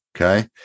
okay